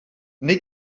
wnei